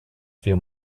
few